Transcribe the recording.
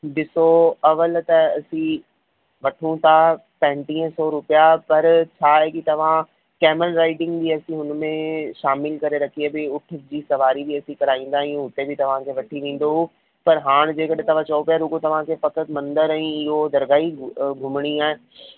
ॾिसो अवल त असीं वठूं था पंजटीह सौ रुपया पर छाहे की तव्हां केमल राइडिंग जीअं की हुन में शामिलु करे रखी आहे भई उठ जी सवारी बि असीं कराईंदा आहियूं उते बि तव्हांखे वठी वेंदो पर हाण जे कॾहिं तव्हां चयो पिया रुॻो तव्हांखे फ़क़्ति मंदर ऐं इहो दरगाह ई घुमिणी आहे